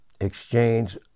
exchange